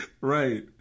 right